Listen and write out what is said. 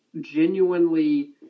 genuinely